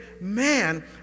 man